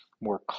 more